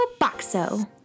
Boxo